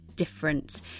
Different